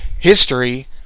history